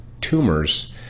tumors